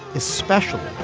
especially.